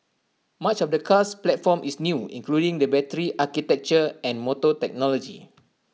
much of the car's platform is new including the battery architecture and motor technology